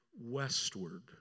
westward